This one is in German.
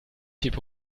delphi